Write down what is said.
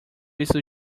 isso